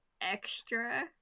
extra